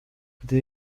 gdy